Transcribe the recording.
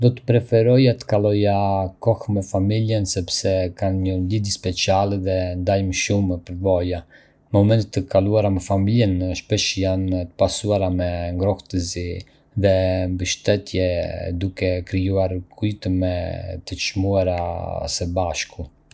Do të preferoja të kaloja kohë me familjen sepse kanë një lidhje speciale dhe ndajmë shumë përvoja. Momente të kaluara me familjen shpesh janë të pasura me ngrohtësi dhe mbështetje, duke krijuar kujtime të çmuara së bashku.